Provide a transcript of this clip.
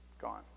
gone